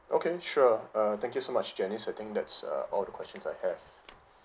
okay sure uh thank you so much janice I think that's uh all the questions I have